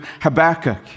Habakkuk